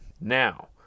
Now